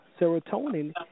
serotonin